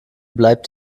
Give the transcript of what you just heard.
bleibt